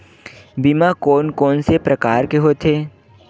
बीमा कोन कोन से प्रकार के होथे?